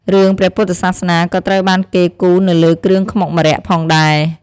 រឿងព្រះពុទ្ធសាសនាក៏ត្រូវបានគេគូរនៅលើគ្រឿងខ្មុកម្រ័ក្សណ៍ផងដែរ។